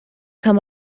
kann